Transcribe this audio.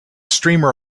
streamer